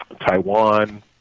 Taiwan